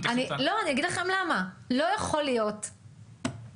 אני אגיד לכם למה, לא יכול להיות שבסוף